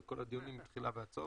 יפה.